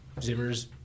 Zimmer's